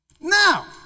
Now